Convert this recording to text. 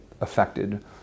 affected